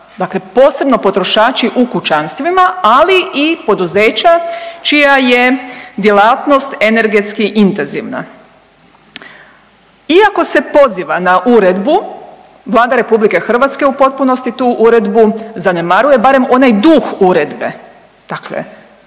dakle posebno potrošači u kućanstvima, ali i poduzeća čija je djelatnost energetski intenzivna. Iako se poziva na uredbu Vlada RH u potpunosti tu uredbu zanemaruje, barem onaj duh uredbe,